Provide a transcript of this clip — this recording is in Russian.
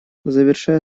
завершая